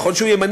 נכון שהוא ימני,